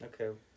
Okay